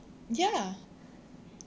ya